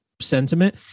sentiment